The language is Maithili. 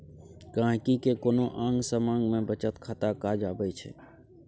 गांहिकी केँ कोनो आँग समाँग मे बचत खाता काज अबै छै